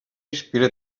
aspira